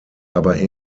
aber